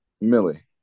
Millie